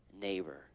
neighbor